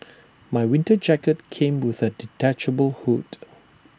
my winter jacket came with A detachable hood